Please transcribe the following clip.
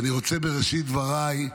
בראשית דבריי,